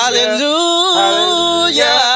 Hallelujah